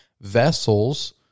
vessels